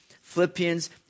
Philippians